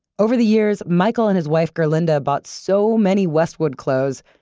over the years, michael and his wife gerlinde bought so many westwood clothes,